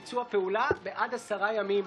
למרות שסגרתי את הרשימה,